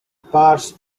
pars